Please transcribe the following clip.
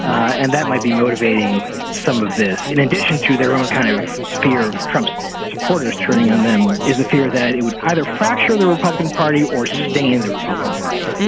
and that might be motivating some of this in addition to their own kind of fear of trump's supporters turning on them. is the fear that it would either fracture the republican party or stay in the republican party.